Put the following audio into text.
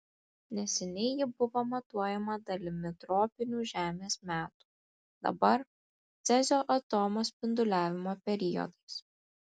neseniai ji buvo matuojama dalimi tropinių žemės metų dabar cezio atomo spinduliavimo periodais